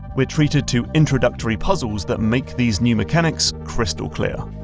we're treated to introductory puzzles that make these new mechanics crystal clear.